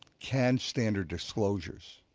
can standard disclosures,